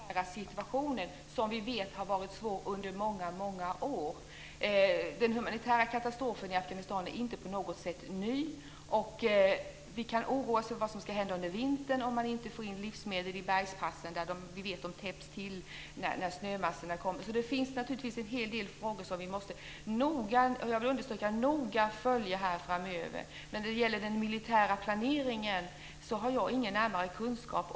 Herr talman! Jag tycker att det är oerhört viktigt att vi följer den humanitära situationen, som vi vet har varit svår under många år. Den humanitära katastrofen i Afghanistan är inte på något sätt ny. Vi kan oroa oss över vad som ska hända under vintern och vad som händer om man inte får in livsmedel i bergspassen. Vi vet att de täpps till när snömassorna kommer. Det finns naturligtvis en hel del frågor som vi måste noga följa framöver. Men jag har ingen närmare kunskap om hur den militära planeringen är tänkt att fortgå.